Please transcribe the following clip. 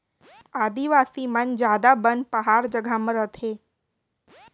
आदिवासी मन जादा बन पहार जघा म रथें